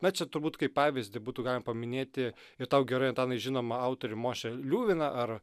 na čia turbūt kaip pavyzdį būtų galima paminėti ir tau gerai antanai žinomą autorių mošę liuviną ar